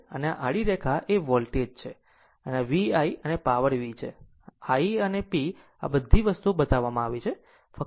અને આ આડી રેખા એ વોલ્ટેજ છે અને આ V I અને પાવર V છે i અને p આ બધી વસ્તુઓ બતાવવામાં આવી છે